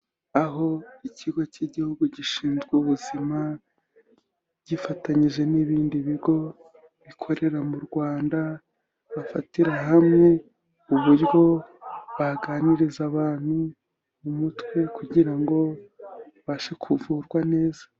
Aho ikigo cy'igihugu gishinzwe ubuzima, gifatanyije n'ibindi bigo bikorera mu Rwanda, bafatira hamwe uburyo baganiriza abantu mu mutwe kugira ngo babashe kuvurwa neza.